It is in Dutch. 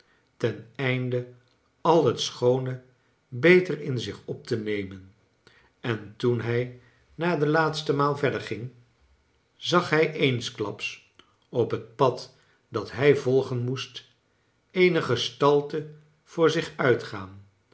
ten einde al het schoone be tor in zich op te nemen en toen hij na de laatste maal verder ging zag hij eensklaps op het pad dat hij volgen moest eene gestalte voor zich uit